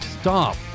Stop